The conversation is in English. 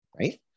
right